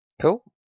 Cool